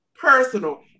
personal